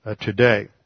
today